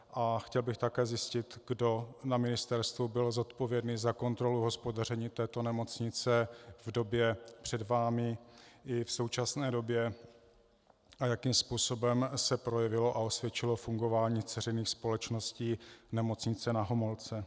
A chtěl bych také zjistit, kdo na ministerstvu byl zodpovědný za kontrolu hospodaření této nemocnice v době před vámi i v současné době a jakým způsobem se projevilo a osvědčilo fungování dceřiných společností Nemocnice Na Homolce.